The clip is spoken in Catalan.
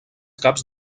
caps